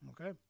Okay